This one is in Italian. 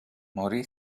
morì